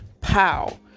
pow